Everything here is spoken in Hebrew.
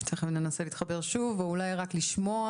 תיכף ננסה להתחבר שוב או אולי רק לנסות לשמוע